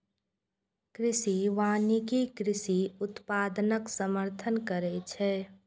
कृषि वानिकी कृषि उत्पादनक समर्थन करै छै